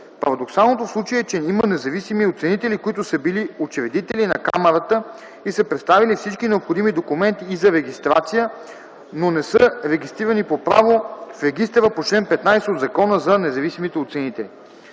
Парадоксалното в случая е, че има независими оценители, които са били учредители на Камарата и са представили всички необходими документи за регистрация, но не са регистрирани по право в регистъра по чл. 15 от Закона за независимите оценители.